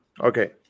Okay